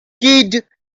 kid